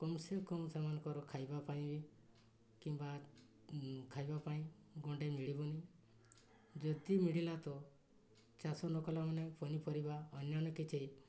କମ୍ ସେ କମ୍ ସେମାନଙ୍କର ଖାଇବା ପାଇଁ ବି କିମ୍ବା ଖାଇବା ପାଇଁ ଗଣ୍ଡେ ମିଳିବନି ଯଦି ମିଳିଲା ତ ଚାଷ ନ କଲା ମାନେ ପନିପରିବା ଅନ୍ୟାନ୍ୟ କିଛି